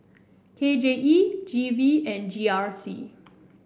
K J E G V and G R C